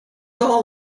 all